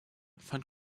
fand